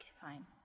fine